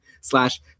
slash